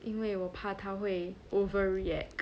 因为我怕她会 overreact